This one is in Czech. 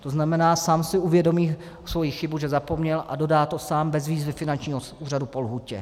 To znamená, sám si uvědomí svoji chybu, že zapomněl, a dodá to sám bez výzvy finančního úřadu po lhůtě.